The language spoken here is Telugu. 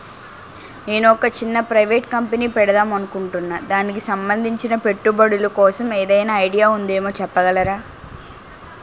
నేను ఒక చిన్న ప్రైవేట్ కంపెనీ పెడదాం అనుకుంటున్నా దానికి సంబందించిన పెట్టుబడులు కోసం ఏదైనా ఐడియా ఉందేమో చెప్పగలరా?